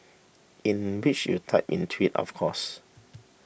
in which you typed in twit of course